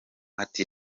ati